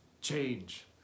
change